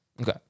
Okay